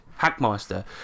Hackmaster